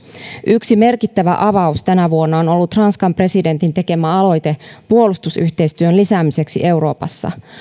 yksi merkittävä avaus tänä vuonna on ollut ranskan presidentin tekemä aloite puolustusyhteistyön lisäämiseksi euroopassa